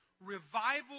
revival